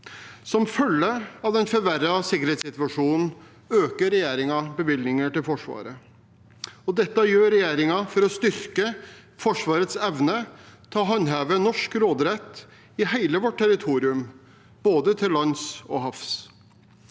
Som følge av den forverrede sikkerhetssituasjonen øker regjeringen bevilgningene til Forsvaret. Dette gjør regjeringen for å styrke Forsvarets evne til å håndheve norsk råderett i hele vårt territorium, både til lands og til havs.